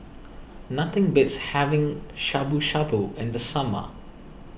nothing beats having Shabu Shabu in the summer